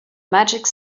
magic